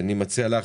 אני מציע לך,